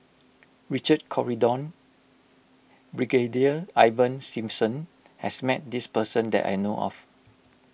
Richard Corridon Brigadier Ivan Simson has met this person that I know of